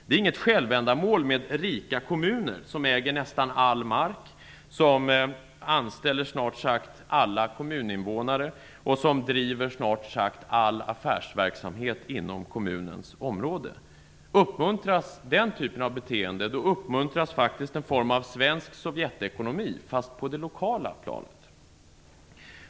Det är inget självändamål att ha rika kommuner som äger nästan all mark, som anställer snart sagt alla kommuninvånare och som driver snart sagt all affärsverksamhet inom kommunens område. Uppmuntras den typen av beteende, då uppmuntras faktiskt en form av svensk Sovjetekonomi, fastän på det lokala planet.